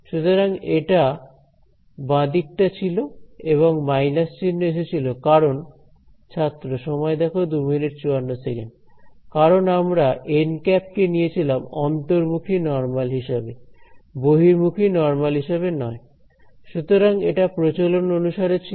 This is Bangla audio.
সুতরাং এটা বাঁ দিক টা ছিল এবং মাইনাস চিহ্ন এসেছিল কারণ কারণ আমরা কে নিয়েছিলাম অন্তর্মুখী নরমাল হিসাবে বহির্মুখী নরমাল হিসাবে নয় সুতরাং এটা প্রচলন অনুসারে ছিল